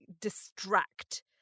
distract